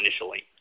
initially